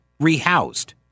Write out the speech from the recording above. rehoused